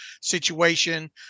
situation